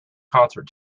concert